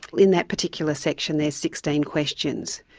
in that particular section there is sixteen questions.